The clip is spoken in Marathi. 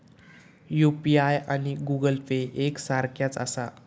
यू.पी.आय आणि गूगल पे एक सारख्याच आसा?